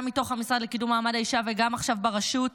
גם מתוך המשרד לקידום מעמד האישה וגם עכשיו ברשות,